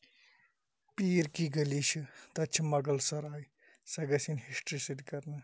پیٖر کی گلی چھِ تَتہٕ چھِ مۄغَل سَراے سۄ گَژھِ یِنۍ ہِسٹری سۭتۍ کَرنہٕ